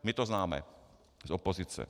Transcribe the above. My to známe z opozice.